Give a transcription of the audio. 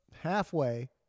halfway